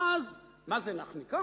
מה זה "אנחנו ניקח"?